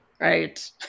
Right